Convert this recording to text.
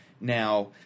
Now